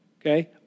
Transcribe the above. Okay